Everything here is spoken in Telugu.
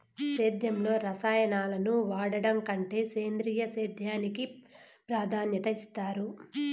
సేద్యంలో రసాయనాలను వాడడం కంటే సేంద్రియ సేద్యానికి ప్రాధాన్యత ఇస్తారు